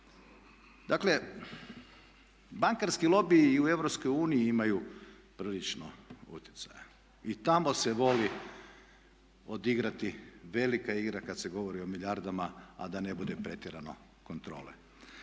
Dakle, bankarski lobiji i u Europskoj uniji imaju prilično utjecaja. I tamo se voli odigrati velika igra kada se govori o milijardama a da ne bude pretjerano kontrole.